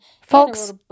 Folks